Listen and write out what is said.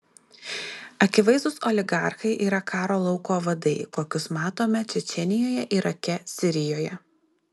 akivaizdūs oligarchai yra karo lauko vadai kokius matome čečėnijoje irake sirijoje